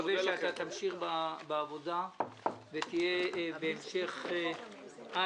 לשירותי דת לקביעת סכום ההשתתפות המיוחד בהוצאות התקציב של